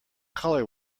color